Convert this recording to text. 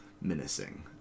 menacing